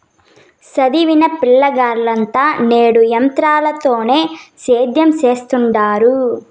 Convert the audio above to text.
సదివిన పిలగాల్లంతా నేడు ఎంత్రాలతోనే సేద్యం సెత్తండారు